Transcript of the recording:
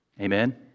Amen